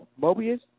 Mobius